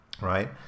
Right